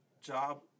job